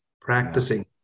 practicing